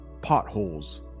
potholes